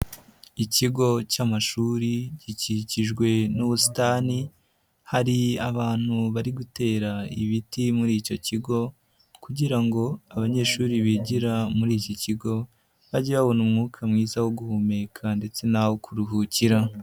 Ikigo cy'amashuri gikikijwe n'ubusitani, hari abantu bari gutera ibiti muri icyo kigo kugira ngo abanyeshuri bigira muri iki kigo bajye babona umwuka mwiza wo guhumeka ndetse n'aho kuruhukira.